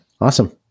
awesome